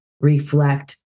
reflect